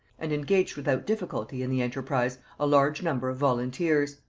and engaged without difficulty in the enterprise a large number of volunteers.